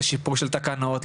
לשיפור של תקנות,